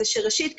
ראשית,